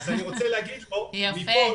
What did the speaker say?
אני רוצה להגיד לו מפה,